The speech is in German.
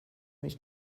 mich